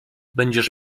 będziesz